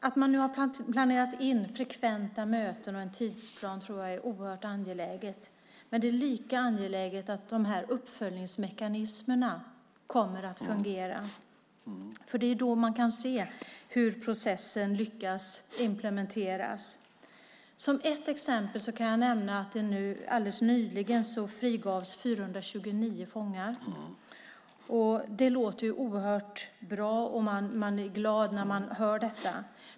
Att man nu har planerat in frekventa möten och en tidsplan tror jag är oerhört angeläget, men det är lika angeläget att uppföljningsmekanismerna kommer att fungera, för det är då man kan se hur processen lyckas implementeras. Jag kan nämna att 429 fångar nyligen frigavs. Det låter oerhört bra, och man blir glad när man hör detta.